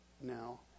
now